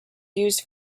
used